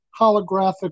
holographic